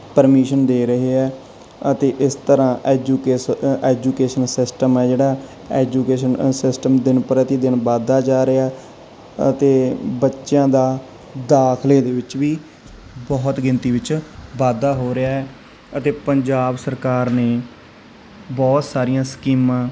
permission ਦੇ ਰਹੇ ਹੈ ਅਤੇ ਇਸ ਤਰ੍ਹਾਂ ਐਜੁਕੇਸ ਐਜੂਕੇਸ਼ਨ ਸਿਸਟਮ ਹੈ ਜਿਹੜਾ ਐਜੂਕੇਸ਼ਨ ਸਿਸਟਮ ਦਿਨ ਪ੍ਰਤੀ ਦਿਨ ਵੱਧਦਾ ਜਾ ਰਿਹਾ ਅਤੇ ਬੱਚਿਆਂ ਦਾ ਦਾਖਲੇ ਦੇ ਵਿੱਚ ਵੀ ਬਹੁਤ ਗਿਣਤੀ ਵਿੱਚ ਵਾਧਾ ਹੋ ਰਿਹਾ ਅਤੇ ਪੰਜਾਬ ਸਰਕਾਰ ਨੇ ਬਹੁਤ ਸਾਰੀਆਂ ਸਕੀਮਾਂ